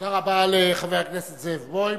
תודה רבה לחבר הכנסת זאב בוים.